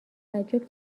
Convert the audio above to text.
تعجب